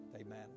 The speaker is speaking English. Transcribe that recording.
Amen